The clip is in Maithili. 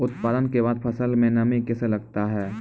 उत्पादन के बाद फसल मे नमी कैसे लगता हैं?